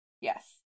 Yes